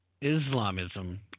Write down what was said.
Islamism